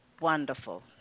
Wonderful